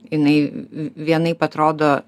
jinai vienaip atrodo